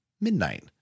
midnight